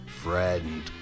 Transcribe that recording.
friend